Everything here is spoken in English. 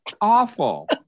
Awful